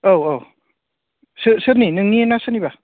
औ औ सो सोरनि नोंनि ना सोरनिबा